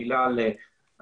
מילה על מסע.